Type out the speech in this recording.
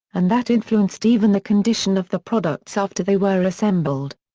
and that influenced even the condition of the products after they were assembled.